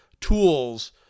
tools